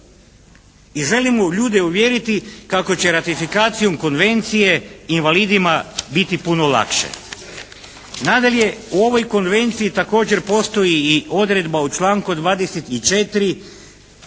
I želimo ljude uvjeriti kako će ratifikacijom Konvencije invalidima biti puno lakše. Nadalje, u ovoj Konvenciji također postoji i odredba u članku 24.